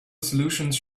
solutions